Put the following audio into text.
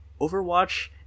Overwatch